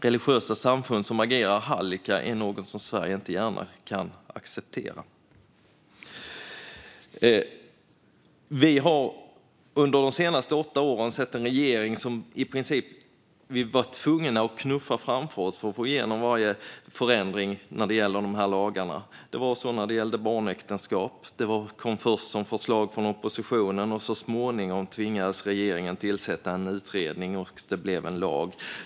Religiösa samfund som agerar hallickar är något som Sverige inte gärna kan acceptera. Vi har under de senaste åtta åren sett en regering som vi i princip har varit tvungna att knuffa framför oss för att få igenom varje förändring när det gäller de här lagarna. Det var så när det gällde lagen mot barnäktenskap. Det kom först som ett förslag från oppositionen, och så småningom tvingades regeringen tillsätta en utredning som sedan ledde till en lag.